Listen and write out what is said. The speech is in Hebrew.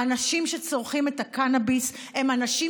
האנשים שצורכים את הקנביס הם אנשים